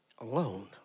Alone